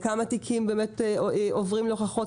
כמה תיקים עוברים להוכחות?